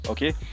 Okay